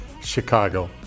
Chicago